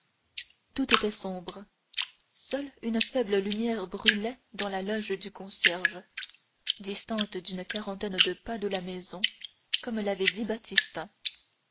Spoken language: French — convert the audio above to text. tout était sombre seule une faible lumière brillait dans la loge du concierge distante d'une quarantaine de pas de la maison comme l'avait dit baptistin